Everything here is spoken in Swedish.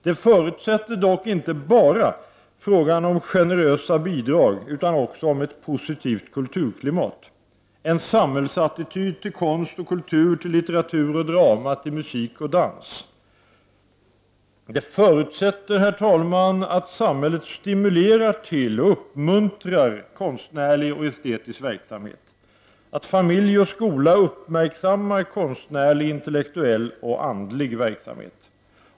Det förutsätter dock inte bara generösa bidrag utan också ett positivt kulturklimat, en positiv samhällsattityd till konst och kultur, till litteratur och drama, till musik och dans. Det förutsätter, herr talman, att samhället stimulerar till och uppmuntrar konstnärlig och estetisk verksamhet, att familj och skola uppmärksammar konstnärlig, intellektuell och andlig verksamhet.